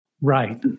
right